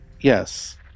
Yes